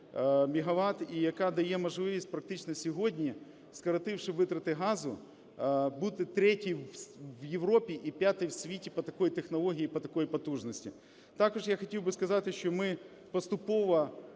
мегават і яка дає можливість практично сьогодні, скоротивши витрати газу, бути третій в Європі і п'ятій в світі по такій технології, по такій потужності. Також я хотів би сказати, що ми поступово